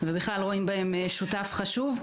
אנחנו רואים בהם שותף חשוב.